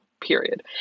period